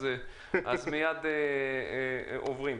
אז אנחנו מייד עוברים.